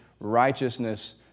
righteousness